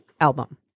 album